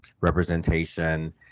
representation